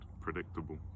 predictable